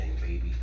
baby